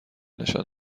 نشان